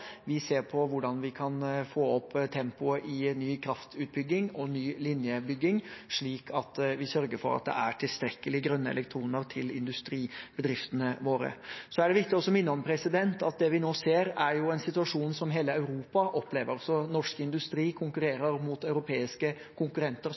vi ser på hvordan vi kan få opp tempoet i ny kraftutbygging og ny linjebygging, slik at vi sørger for at det er tilstrekkelig med grønne elektroner til industribedriftene våre. Det er viktig å minne om at det vi nå ser, er en situasjon som hele Europa opplever, så norsk industri